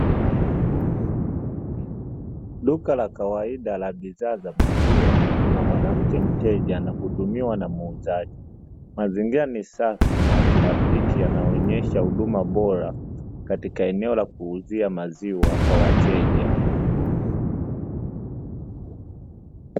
Duka la kawaida la bidhaa za maziwa, kuna mwanamke mteja anahudumiwa na muuzaji mazingira ni safi na ya kirafiki yanaonyesha huduma bora katika eneo la kuuzia maziwa kwa wateja.